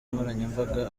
nkoranyambaga